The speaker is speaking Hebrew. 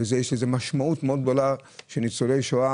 ויש לזה משמעות מאוד גדולה שניצולי שואה